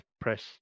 press